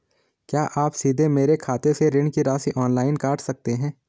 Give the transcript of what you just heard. क्या आप सीधे मेरे खाते से ऋण की राशि ऑनलाइन काट सकते हैं?